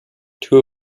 two